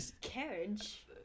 carriage